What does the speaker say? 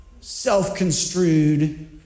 self-construed